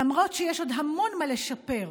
למרות שיש עוד המון מה לשפר,